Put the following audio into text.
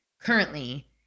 currently